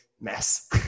mess